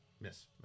Miss